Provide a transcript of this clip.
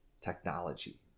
technology